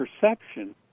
perception